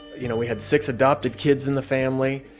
you know, we had six adopted kids in the family.